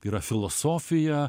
yra filosofija